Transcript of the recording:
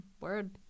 word